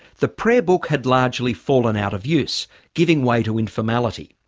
the prayer book had largely fallen out of use giving way to informality.